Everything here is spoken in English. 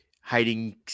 hiding